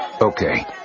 Okay